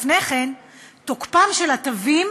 תוקפם של התווים